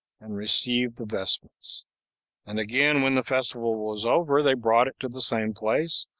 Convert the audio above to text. and received the vestments and again, when the festival was over, they brought it to the same place,